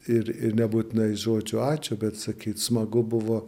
ir ir nebūtinai žodžiu ačiū bet sakyt smagu buvo